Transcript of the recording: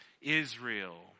Israel